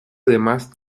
además